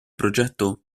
progetto